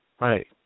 Right